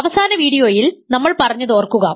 അവസാന വീഡിയോയിൽ നമ്മൾ പറഞ്ഞത് ഓർക്കുക